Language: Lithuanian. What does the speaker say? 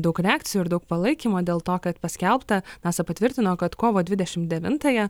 daug reakcijų ir daug palaikymo dėl to kad paskelbta nasa patvirtino kad kovo dvidešimt devintąją